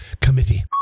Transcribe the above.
committee